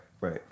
right